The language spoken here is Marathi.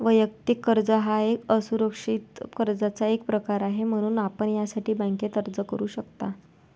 वैयक्तिक कर्ज हा एक असुरक्षित कर्जाचा एक प्रकार आहे, म्हणून आपण यासाठी बँकेत अर्ज करू शकता